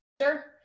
Sure